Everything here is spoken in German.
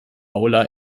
aula